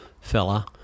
fella